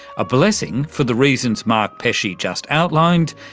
a blessing for the reasons mark pesce yeah just outlined,